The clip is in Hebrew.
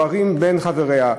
חברי הממשלה.